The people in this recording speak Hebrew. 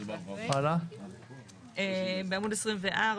בעמוד 24,